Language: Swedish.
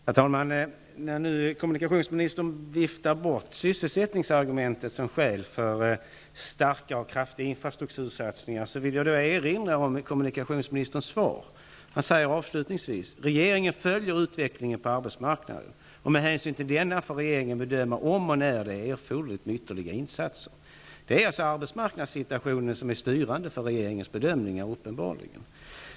Herr talman! Kommunikationsministern viftar bort sysselsättningsargumentet som skäl för starka och kraftiga infrastruktursatsningar. Jag vill då erinra om kommunikationsministerns svar. Där säger han avslutningsvis: ''Regeringen följer utvecklingen på arbetsmarknaden, och med hänsyn till denna får regeringen bedöma om och när det är erforderligt med ytterligare insatser.'' Det är uppenbarligen arbetsmarknadssituationen som är styrande för regeringens bedömningar.